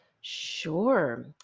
Sure